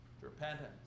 Repentance